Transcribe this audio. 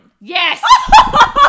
Yes